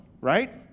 right